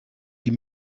die